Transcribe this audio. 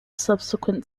subsequent